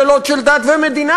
שאלות של דת ומדינה?